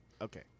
Okay